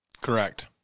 Correct